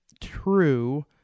true